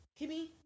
Kimmy